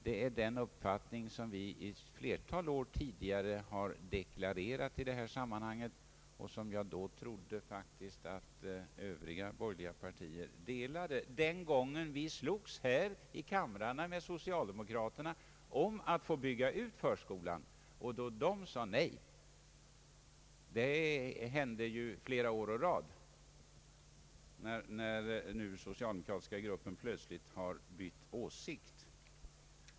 Det är den uppfattning som vi under ett flertal år tidigare har deklarerat i detta sammanhang och som jag faktiskt trodde att övriga borgerliga partier delade den gången vi slogs här i kammaren med socialdemokraterna om att få bygga ut förskolan och de sade nej. Det hände flera år i rad. Nu har den socialdemokratiska gruppen plötsligt bytt åsikt.